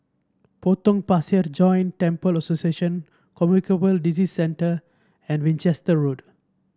Potong Pasir Joint Temples Association Communicable Disease Centre and Winchester Road